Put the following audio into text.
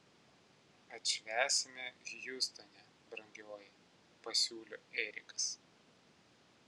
atšvęsime hjustone brangioji pasiūlė erikas